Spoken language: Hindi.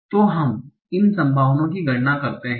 तो हम इन संभावनाओं की गणना करते हैं